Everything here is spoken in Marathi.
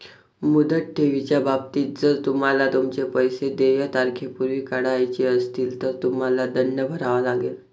मुदत ठेवीच्या बाबतीत, जर तुम्हाला तुमचे पैसे देय तारखेपूर्वी काढायचे असतील, तर तुम्हाला दंड भरावा लागेल